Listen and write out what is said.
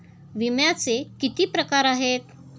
विम्याचे किती प्रकार आहेत?